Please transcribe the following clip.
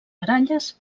baralles